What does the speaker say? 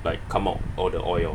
like come out all the oil orh